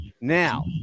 now